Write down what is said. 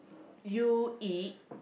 you eat